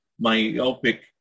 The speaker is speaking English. myopic